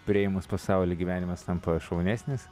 priėmus pasaulį gyvenimas tampa šaunesnis